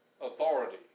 authority